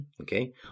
Okay